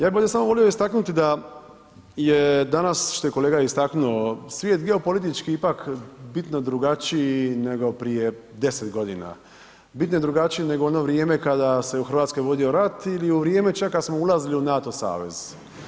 Ja bi ovdje samo volio istaknuti da je danas što je kolega istaknuo, svijet bio politički ipak bitno drugačiji nego prije 10 godina, bitno je drugačiji nego u ono vrijeme kada se u Hrvatskoj vodio rat ili u vrijeme čak kad smo ulazili u NATO savez.